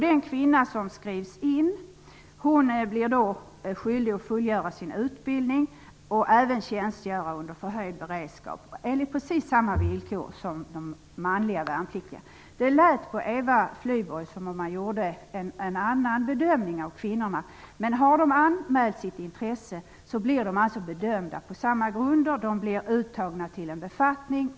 Den kvinna som skrivs in blir skyldig att fullgöra sin utbildning och även att tjänstgöra under förhöjd beredskap enligt precis samma villkor som gäller för de manliga värnpliktiga. Det lät på Eva Flyborg som om en annan bedömning gäller för kvinnorna. Men om de har anmält sitt intresse, blir de bedömda på samma grunder. De blir uttagna till en befattning.